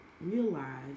realize